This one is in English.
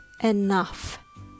enough